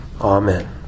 Amen